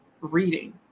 reading